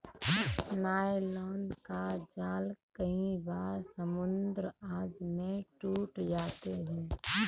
nylon का जाल कई बार समुद्र आदि में छूट जाते हैं